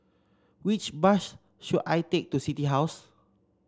which bus should I take to City House